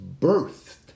birthed